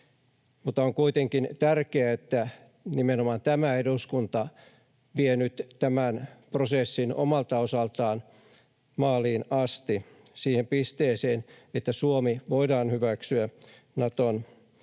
on kuitenkin tärkeää, että nimenomaan tämä eduskunta vie nyt tämän prosessin omalta osaltaan maaliin asti siihen pisteeseen, että Suomi voidaan hyväksyä Naton jäseneksi